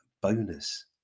bonus